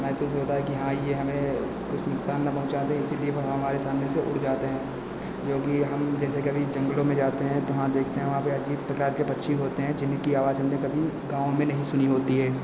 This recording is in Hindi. महसूस होता है कि हाँ ये हमें कुछ नुकसान न पहुँचा दे इसलिए वह हमारे सामने से उड़ जाते हैं जोकि हम जैसे कभी जंगलों में जाते हैं तो वहाँ देखते हैं वहाँ पर अजीब प्रकार के पक्षी होते हैं जिनकी आवाज़ हमने कभी गाँव में नहीं सुनी होती है